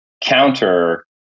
counter